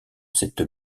cette